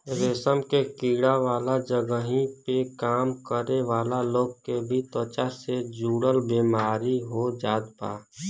रेशम के कीड़ा वाला जगही पे काम करे वाला लोग के भी त्वचा से जुड़ल बेमारी हो जात बा